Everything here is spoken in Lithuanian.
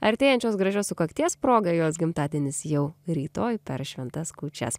artėjančios gražios sukakties proga jos gimtadienis jau rytoj per šventas kūčias